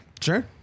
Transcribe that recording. sure